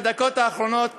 האחרונות